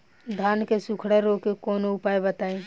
धान के सुखड़ा रोग के कौनोउपाय बताई?